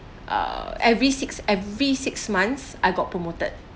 err every six every six months I got promoted